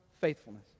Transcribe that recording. faithfulness